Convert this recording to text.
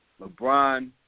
LeBron